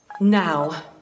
Now